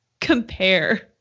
compare